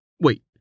Wait